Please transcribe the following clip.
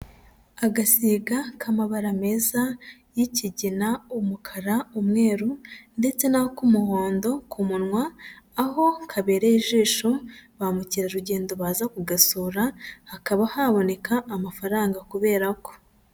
Agasiga k'amabara meza y'ikigina, umukara, umweru ndetse n'ak'umuhondo ku munwa, aho kabereye ijisho ba mukerarugendo baza kugasura, hakaba haboneka amafaranga kuberako.